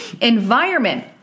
environment